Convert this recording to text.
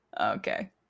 okay